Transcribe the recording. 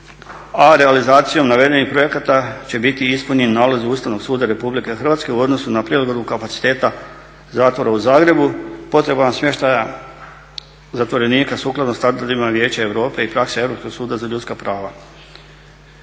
a realizacijom navedenih projekata će biti ispunjeni nalazi Ustavnog suda RH u odnosu na prilagodbu kapaciteta Zatvora u Zagrebu, potrebama smještaja zatvorenika standardima Vijeća Europe i prakse Europskog suda za ljudska prava.